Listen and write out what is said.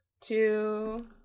two